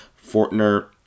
Fortner